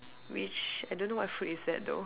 which I don't know what fruit is that though